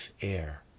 air